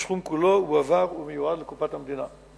הסכום כולו הועבר ומיועד לקופת המדינה.